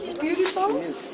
Beautiful